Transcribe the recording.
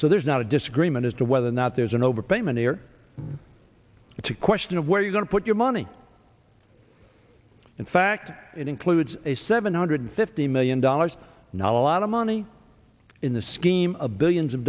so there's not a disagreement as to whether or not there's an overpayment here it's a question of where you're going to put your money in fact it includes a seven hundred fifty million dollars not a lot of money in the scheme of billions of